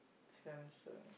Samsung